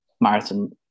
marathon